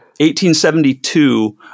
1872